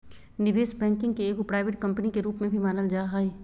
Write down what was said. निवेश बैंकिंग के एगो प्राइवेट कम्पनी के रूप में भी मानल जा हय